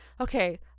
okay